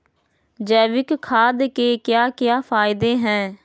जैविक खाद के क्या क्या फायदे हैं?